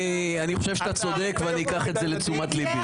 אני חושב שאתה צודק, ואני אקח את זה לתשומת ליבי.